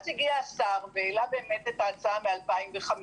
אז הגיע השר והעלה את ההצעה מ-2005